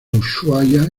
ushuaia